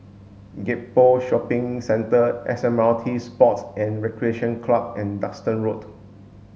Gek Poh Shopping Centre S M R T Sports and Recreation Club and Duxton Road